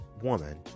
woman